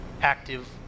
active